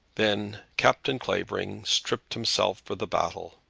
then captain clavering stripped himself for the battle.